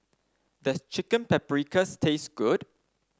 does Chicken Paprikas taste good